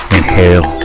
Inhale